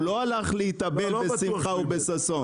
הוא לא הלך להתאבל בשמחה ובששון.